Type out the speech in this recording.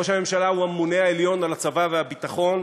ראש הממשלה הוא הממונה העליון על הצבא והביטחון,